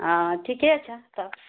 आ ठीके छै तऽ